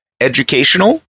educational